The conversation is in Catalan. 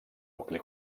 nucli